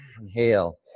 Inhale